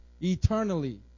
Eternally